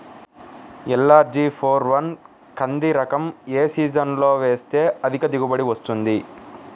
LRG four one కంది రకం ఏ సీజన్లో వేస్తె అధిక దిగుబడి వస్తుంది?